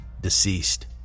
deceased